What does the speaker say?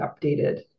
updated